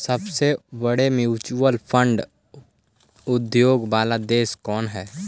सबसे बड़े mutual fund उद्योग वाला देश कौन हई